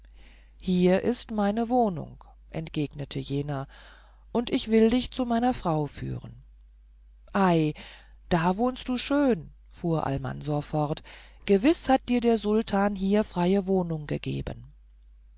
hier ist meine wohnung entgegnete jener und ich will dich zu meiner frau führen ei da wohnst du schön fuhr almansor fort gewiß hat dir der sultan hier freie wohnung gegeben